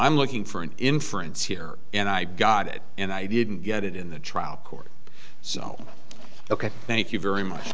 i'm looking for an inference here and i got it and i didn't get it in the trial court so ok thank you very much